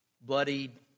Bloodied